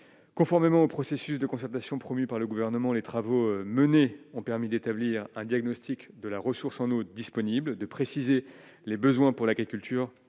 conformément au processus de concertation promise par le gouvernement, les travaux menés ont permis d'établir un diagnostic de la ressource en eau disponible, de préciser les besoins pour l'agriculture